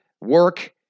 work